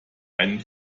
einen